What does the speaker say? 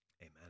Amen